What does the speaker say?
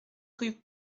rue